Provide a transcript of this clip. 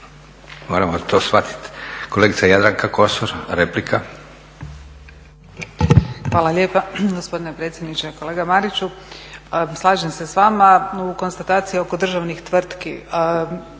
moramo to shvatiti. Kolegica Jadranka Kosor, replika. **Kosor, Jadranka (Nezavisni)** Hvala lijepa gospodine predsjedniče. Kolega Mariću, slažem se s vama u konstataciji oko državnih tvrtki